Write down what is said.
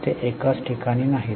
ते एकाच ठिकाणी नाहीत